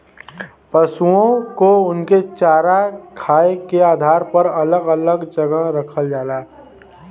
पसुओ को उनके चारा खाए के आधार पर अलग अलग जगह रखल जाला